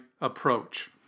approach